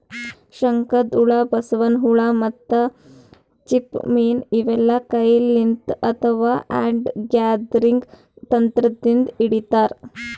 ಶಂಕದ್ಹುಳ, ಬಸವನ್ ಹುಳ ಮತ್ತ್ ಚಿಪ್ಪ ಮೀನ್ ಇವೆಲ್ಲಾ ಕೈಲಿಂತ್ ಅಥವಾ ಹ್ಯಾಂಡ್ ಗ್ಯಾದರಿಂಗ್ ತಂತ್ರದಿಂದ್ ಹಿಡಿತಾರ್